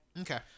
Okay